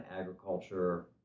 agriculture